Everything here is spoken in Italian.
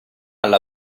alla